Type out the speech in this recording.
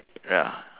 ya